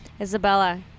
Isabella